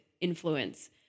influence